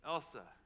Elsa